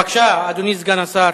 בבקשה, אדוני סגן השר.